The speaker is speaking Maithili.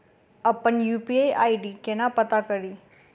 अप्पन यु.पी.आई आई.डी केना पत्ता कड़ी?